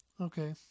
okay